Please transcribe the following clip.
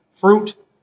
fruit